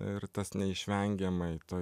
ir tas neišvengiamai tu